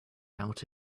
out